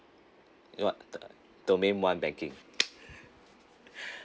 what domain one banking